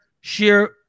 share